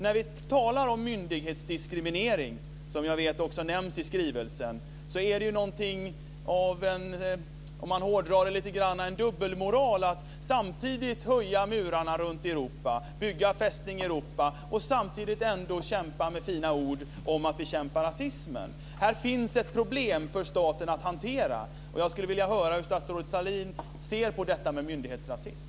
När vi talar om myndighetsdiskriminering, som jag vet också nämns i skrivelsen, är det om man hårdrar det lite grann av en dubbelmoral. Samtidigt som man höjer murarna runt Europa och bygger Fästning Europa kämpar man med fina ord om att bekämpa rasismen. Här finns ett problem för staten att hantera. Jag skulle vilja göra hur statsrådet Sahlin ser på myndighetsrasism.